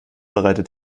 bereitet